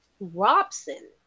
Robson